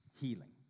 healing